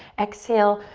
exhale,